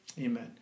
Amen